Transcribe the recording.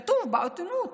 כתוב בעיתונות.